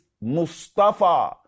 Mustafa